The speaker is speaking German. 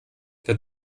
der